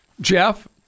Jeff